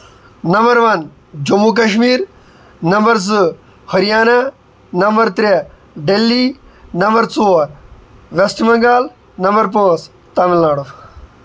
number one Jammu Kashmir number زٕ Haryana number تٛرےٚ Delhi number ژور ویسٹ بنگال نَمبر پانٛژھ تامل ناڈو